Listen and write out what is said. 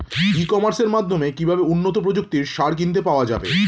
ই কমার্সের মাধ্যমে কিভাবে উন্নত প্রযুক্তির সার কিনতে পাওয়া যাবে?